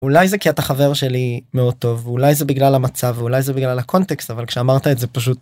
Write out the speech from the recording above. אולי זה כי אתה חבר שלי מאוד טוב, אולי זה בגלל המצב, ואולי זה בגלל הקונטקסט אבל כשאמרת את זה פשוט.